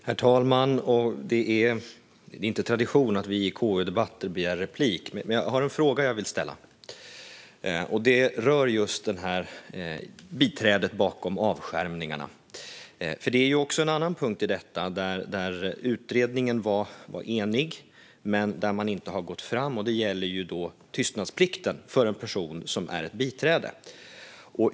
Herr talman! Det är inte tradition att vi i KU-debatter begär replik, men jag har en fråga jag vill ställa. Den rör just det här med biträdet bakom avskärmningarna. Det finns också en annan punkt i detta där utredningen var enig men där man inte har gått fram, och det gäller tystnadsplikten för en person som är biträde.